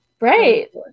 Right